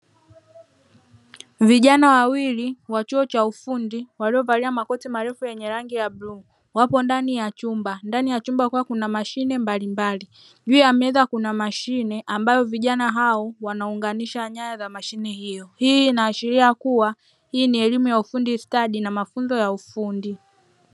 Vijana wawili wa chuo cha ufundi walio valia makoti marefu ya rangi ya bluu wapo ndani ya chumba. Ndani ya chumba kukiwa kuna mashine mbalimbali, juu ya meza kuna mashine ambayo vijana hao wanaunganisha nyaya za mashine hiyo. Hii inaashiria kua hii ni elimu ya ufundi stadi na mafunzo ya ufundi.